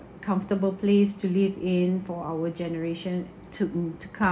comfortable place to live in for our generation to to come